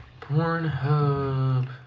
Pornhub